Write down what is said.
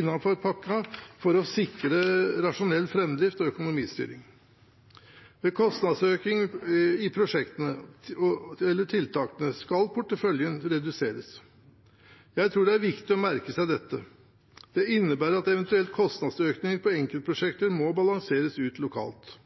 innenfor pakken for å sikre rasjonell framdrift og økonomistyring. Ved kostnadsøkning i prosjektene/tiltakene skal porteføljen reduseres. Jeg tror det er viktig å merke seg dette. Det innebærer at eventuell kostnadsøkning på enkeltprosjekter må balanseres ut lokalt.